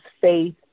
faith